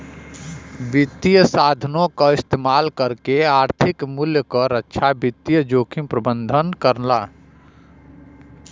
वित्तीय साधनों क इस्तेमाल करके आर्थिक मूल्य क रक्षा वित्तीय जोखिम प्रबंधन करला